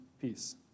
peace